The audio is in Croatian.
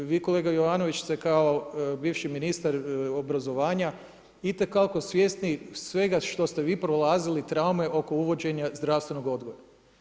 Vi kolega Jovanović ste kao bivši ministar obrazovanja itekako svjesni svega što ste vi prolazili traume oko uvođenja zdravstvenog odgoja.